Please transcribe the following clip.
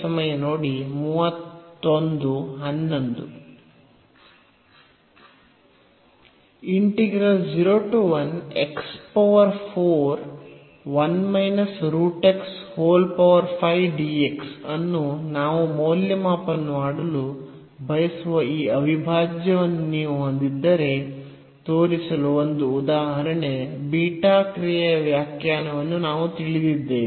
ಅನ್ನು ನಾವು ಮೌಲ್ಯಮಾಪನ ಮಾಡಲು ಬಯಸುವ ಈ ಅವಿಭಾಜ್ಯವನ್ನು ನೀವು ಹೊಂದಿದ್ದರೆ ತೋರಿಸಲು ಒಂದು ಉದಾಹರಣೆ ಬೀಟಾ ಕ್ರಿಯೆಯ ವ್ಯಾಖ್ಯಾನವನ್ನು ನಾವು ತಿಳಿದಿದ್ದೇವೆ